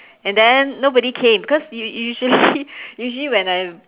and then nobody came because u~ usually usually when I